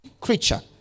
creature